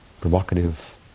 provocative